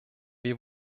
wir